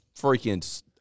freaking